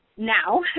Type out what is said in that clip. Now